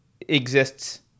exists